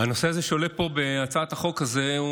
הנושא הזה שעולה פה בהצעת החוק הזאת,